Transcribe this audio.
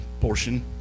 portion